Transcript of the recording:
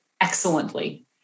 excellently